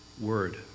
word